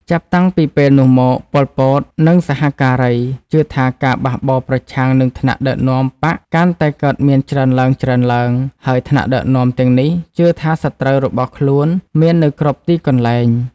ចាប់តាំងពីពេលនោះមក ប៉ុល ពត និងសហការីជឿថាការបះបោរប្រឆាំងនឹងថ្នាក់ដឹកនាំបក្សកាន់តែកើតមានច្រើនឡើងៗ ហើយថ្នាក់ដឹកនាំទាំងនេះជឿថាសត្រូវរបស់ខ្លួនមាននៅគ្រប់ទីកន្លែង។